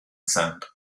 sand